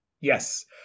Yes